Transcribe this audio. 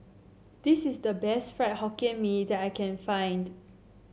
this is the best Fried Hokkien Mee that I can find